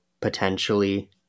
potentially